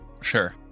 Sure